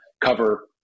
cover